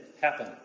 happen